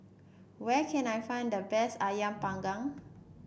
where can I find the best ayam panggang